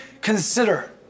consider